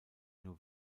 nur